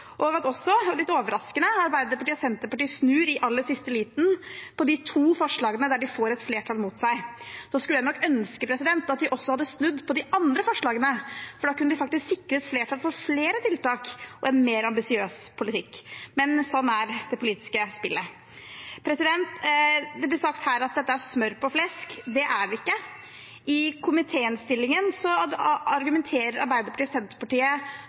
og også for at Arbeiderpartiet og Senterpartiet, litt overraskende, snur i aller siste liten i de to forslagene der de får et flertall mot seg. Jeg skulle nok ønske at de også hadde snudd i de andre forslagene, for da kunne de faktisk sikret flertall for flere tiltak og en mer ambisiøs politikk, men sånn er det politiske spillet. Det ble sagt her at dette er smør på flesk. Det er det ikke. I komitéinnstillingen argumenterer Arbeiderpartiet og Senterpartiet